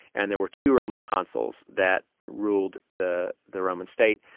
and there were two roman consuls that ruled the the roman state.